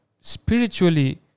spiritually